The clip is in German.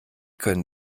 können